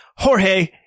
Jorge